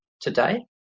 today